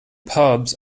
pubs